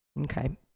Okay